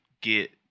get